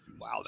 Wow